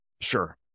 Sure